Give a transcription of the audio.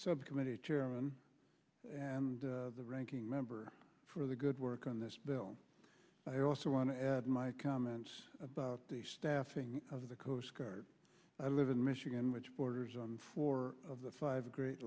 subcommittee chairman the ranking member for the good work on this bill i also want to add my comments about the staffing of the coast guard i live in michigan which borders on four of the five great